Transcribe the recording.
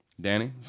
Danny